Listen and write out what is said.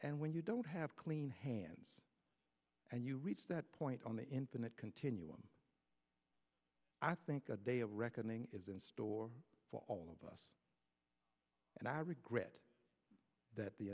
and when you don't have clean hands and you reach that point on the internet continuum i think a day of reckoning is in store for all of us and i regret that the